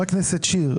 חברת הכנסת שיר,